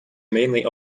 mainly